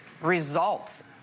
results